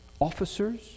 officers